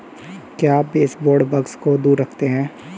क्या baseboard bugs को दूर रखते हैं?